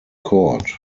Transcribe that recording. court